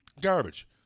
Garbage